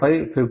06 மற்றும் 15